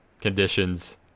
conditions